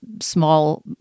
Small